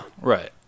Right